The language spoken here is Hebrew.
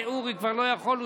אורי כבר לא יכול,